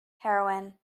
heroine